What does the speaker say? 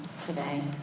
today